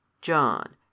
john